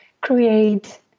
create